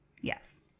yes